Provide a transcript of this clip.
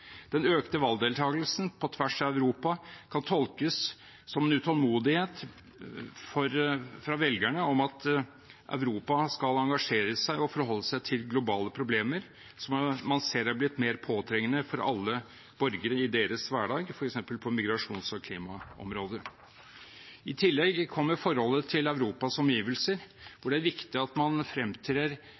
Den økte valgdeltakelsen på tvers av Europa kan tolkes som en utålmodighet fra velgerne om at Europa skal engasjere seg og forholde seg til globale problemer, som man ser har blitt mer påtrengende for alle borgere i deres hverdag, f.eks. på migrasjons- og klimaområdet. I tillegg kommer forholdet til Europas omgivelser, hvor det er viktig at man fremtrer